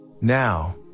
Now